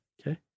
okay